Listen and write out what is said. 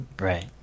right